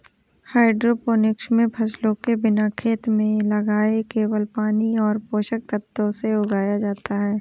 hydroponics मे फसलों को बिना खेत में लगाए केवल पानी और पोषक तत्वों से उगाया जाता है